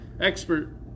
expert